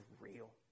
real